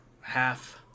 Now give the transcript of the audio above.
half